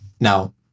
Now